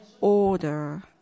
order